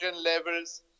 levels